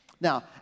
Now